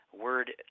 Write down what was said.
word